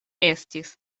estis